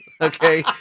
okay